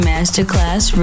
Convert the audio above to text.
Masterclass